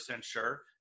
sure